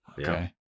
Okay